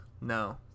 No